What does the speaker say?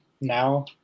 now